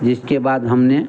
जिसके बाद हमने